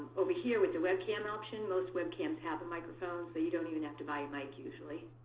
over here with the webcam option, most webcams have a microphone, so you don't even have to buy a mic usually.